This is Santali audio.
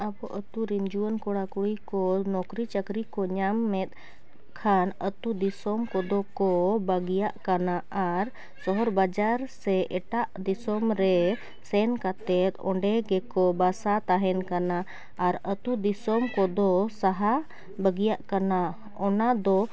ᱟᱵᱚ ᱟᱛᱳᱨᱮᱱ ᱡᱩᱣᱟᱹᱱ ᱠᱚᱲᱟᱼᱠᱩᱲᱤ ᱠᱚ ᱱᱩᱠᱨᱤᱼᱪᱟᱹᱠᱨᱤᱠᱚ ᱧᱟᱢᱮᱫ ᱠᱷᱟᱱ ᱟᱛᱳ ᱫᱤᱥᱚᱢ ᱠᱚᱫᱚᱠᱚ ᱵᱟᱹᱜᱤᱭᱟᱜ ᱠᱟᱱᱟ ᱟᱨ ᱥᱚᱦᱚᱨ ᱵᱟᱡᱟᱨ ᱥᱮ ᱮᱴᱟᱜ ᱫᱤᱥᱚᱢᱨᱮ ᱥᱮᱱ ᱠᱟᱛᱮ ᱚᱸᱰᱮᱜᱮᱠᱚ ᱵᱟᱥᱟ ᱛᱟᱦᱮᱱ ᱠᱟᱱᱟ ᱟᱨ ᱟᱛᱳ ᱫᱤᱥᱚᱢ ᱠᱚᱫᱚ ᱥᱟᱦᱟ ᱵᱟᱹᱜᱤᱭᱟᱜ ᱠᱟᱱᱟ ᱚᱱᱟᱫᱚ